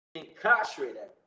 incarcerated